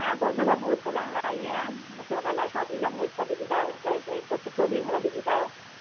हा त हुन लाइ महूरतु कढाइण आईं आहियां मूंखे हुन लाइ शादीअ जो महूरतु कढी ॿुधायो भई को सुठो ॾींहुं कढी ॿुधायो